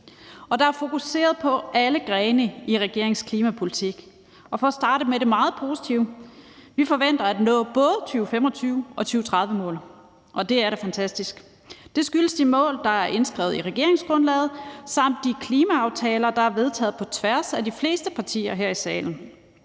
og der er fokuseret på alle de grene i regeringens klimapolitik. For at starte med det meget positive forventer vi at nå både 2025- og 2030-målet, og det er da fantastisk. Det skyldes de mål, der er indskrevet i regeringsgrundlaget, samt de klimaaftaler, der er vedtaget på tværs af de fleste partier her i salen,